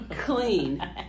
clean